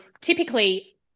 typically